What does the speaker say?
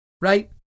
right